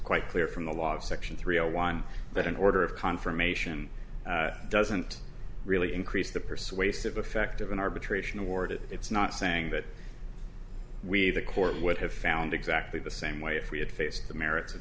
quite clear from the law section three zero one that an order of confirmation doesn't really increase the persuasive effect of an arbitration awarded it's not saying that we the court would have found exactly the same way if we had faced the merits of